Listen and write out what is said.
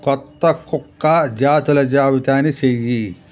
కొత్త కుక్క జాతుల జాబితాని చెయ్యి